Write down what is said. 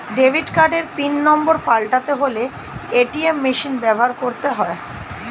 debit কার্ডের PIN number পাল্টাতে হলে এ.টি.এম মেশিন ব্যবহার করতে হয়